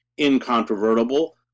incontrovertible